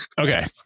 okay